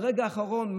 ברגע האחרון,